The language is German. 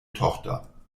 tochter